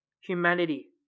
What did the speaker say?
humanity